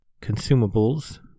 consumables